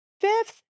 fifth